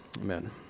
Amen